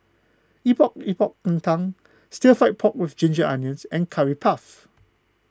Epok Epok Kentang Stir Fry Pork with Ginger Onions and Curry Puff